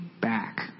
back